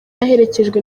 aherekejwe